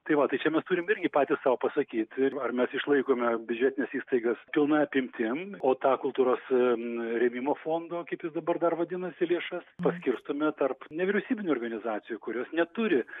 tai va tai čia mes turim irgi patys sau pasakyti ir ar mes išlaikome biudžetines įstaigas pilna apimtim o tą kultūros rėmimo fondo kaip jis dabar dar vadinasi lėšas paskirstome tarp nevyriausybinių organizacijų kurios neturi